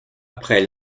après